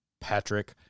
Patrick